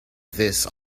this